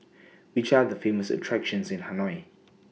Which Are The Famous attractions in Hanoi